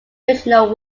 fictional